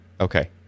Okay